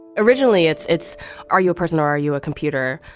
originally, it's it's are you a person, or are you a computer.